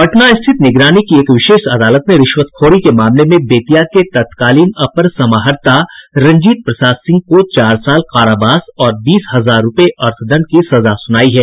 पटना स्थित निगरानी की एक विशेष अदालत ने रिश्वतखोरी के मामले में बेतिया के तत्कालीन अपर समाहर्ता रंजीत प्रसाद सिंह को चार साल कारावास और बीस हजार रुपये अर्थदंड की सजा सुनायी है